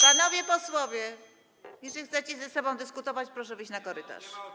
Panowie posłowie, jeżeli chcecie ze sobą dyskutować, proszę wyjść na korytarz.